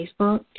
Facebook